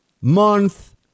month